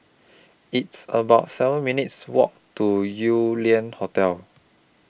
It's about seven minutes' Walk to Yew Lian Hotel